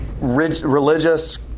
religious